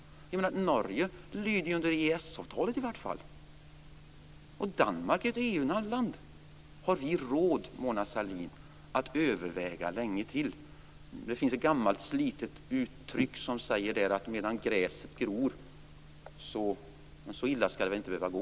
Norge lyder i alla fall under EES avtalet, och Danmark är ju ett EU-land. Har vi råd, Mona Sahlin, att överväga länge till? Det finns ett gammalt slitet uttryck som säger att medan gräset gror så dör kon. Men så illa skall det väl inte behöva gå.